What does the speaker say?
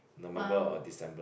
November or December